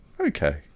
Okay